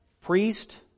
Priest